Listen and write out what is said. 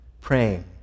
praying